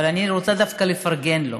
אבל אני רוצה דווקא לפרגן לו.